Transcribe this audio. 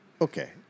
Okay